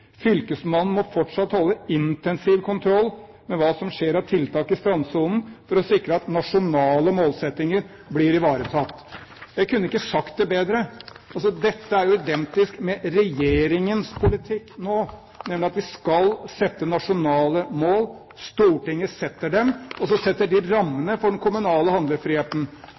Fylkesmannen må fortsatt holde intensiv kontroll med hva som skjer av tiltak i strandsonen for å sikre at nasjonale målsettinger blir ivaretatt.» Jeg kunne ikke sagt det bedre! Dette er jo identisk med regjeringens politikk nå, nemlig at Stortinget setter nasjonale mål, og så setter det rammene for den kommunale handlefriheten.